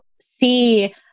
see